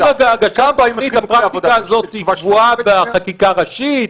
האם עם הגשת תוכנית הפרקטיקה הזאת קבועה בחקיקה ראשית?